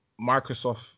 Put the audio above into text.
microsoft